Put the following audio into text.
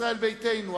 ישראל ביתנו,